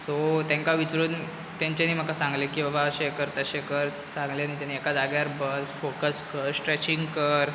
so तेंका विचरून तेंच्यानी म्हाका सांगले की बाबा अशें कर तशें कर सांगलें न्ही तेणें एका जाग्यार बस फाॅकस कर स्ट्रेचिंग कर